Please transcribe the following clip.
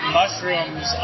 mushrooms